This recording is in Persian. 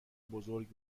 بزرگ